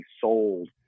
sold